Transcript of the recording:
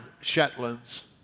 Shetlands